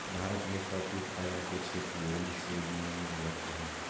भारत में कॉफी उत्पादन के क्षेत्र विभिन्न श्रेणियों में विभक्त हैं